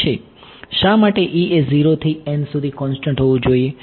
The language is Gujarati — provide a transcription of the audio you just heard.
શા માટેએ થી સુધી કોન્સ્ટન્ટ હોવું જોઈએ